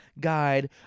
guide